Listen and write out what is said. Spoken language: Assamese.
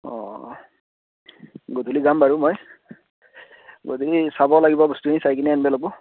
অঁ গধূলি যাম বাৰু মই গধূলি চাব লাগিব বস্তুখিনি চাই কিনে আনিব লাগিব